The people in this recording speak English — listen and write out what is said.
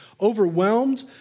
overwhelmed